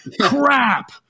Crap